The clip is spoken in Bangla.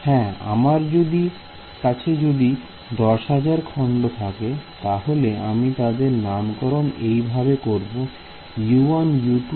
হ্যাঁ আমার কাছে যদি 10000 খন্ড থাকে তাহলে আমি তাদের নামকরণ করব এইভাবে U1U10000